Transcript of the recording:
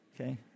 Okay